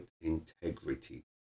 integrity